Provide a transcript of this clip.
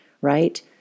right